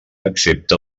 excepte